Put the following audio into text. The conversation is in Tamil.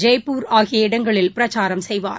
ஜெய்பூர் ஆகிய இடங்களில் பிரச்சாரம் செய்வார்